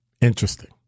Interesting